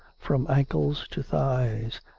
from ankles to thighs,